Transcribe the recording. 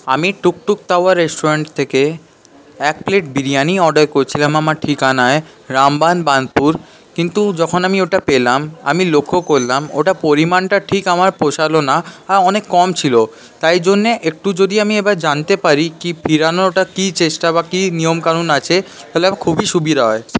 আমি টুকটুক তাওয়া রেস্টুরেন্ট থেকে এক প্লেট বিরিয়ানি অর্ডার করেছিলাম আমার ঠিকানায় রামবান বার্নপুর কিন্তু যখন আমি ওটা পেলাম আমি লক্ষ্য করলাম ওটা পরিমাণটা ঠিক আমার পোষালো না আর অনেক কম ছিলো তাই জন্যে একটু যদি আমি এবার জানতে পারি কি ফিরানোটা কি চেষ্টা বা কি নিয়মকানুন আছে তাহলে খুবই সুবিধা হয়